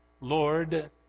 Lord